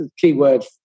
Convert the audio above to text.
keyword